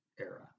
era